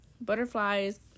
butterflies